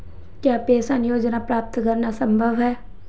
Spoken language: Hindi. क्या पेंशन योजना प्राप्त करना संभव है?